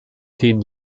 den